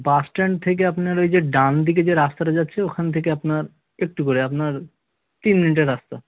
বাস stand থেকে আপনার ওই যে ডান দিকে যে রাস্তাটা যাচ্ছে ওখান থেকে আপনার একটু করে আপনার তিন মিনিটের রাস্তা